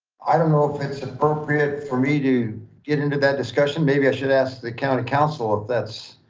i don't know if it's appropriate for me to get into that discussion. maybe i should ask the county counsel if that's